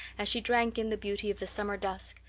as she drank in the beauty of the summer dusk,